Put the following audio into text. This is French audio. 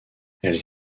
elles